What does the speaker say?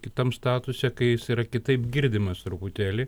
kitam statuse kai jis yra kitaip girdimas truputėlį